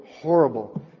horrible